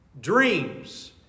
dreams